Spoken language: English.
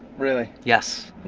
really? yes.